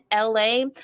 LA